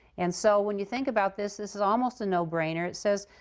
and so, when you think about this, this is almost a no-brainer. it says,